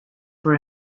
were